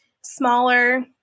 smaller